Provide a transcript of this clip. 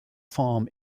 farm